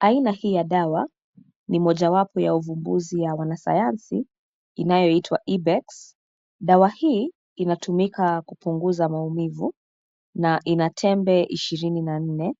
Aina hii ya dawa ni mojawapo ya ufumbuzi ya wanasayansi inayoitwa Ibex. Dawa hii inatumka kupunguza maumivu na ina tembe ishirini na nne.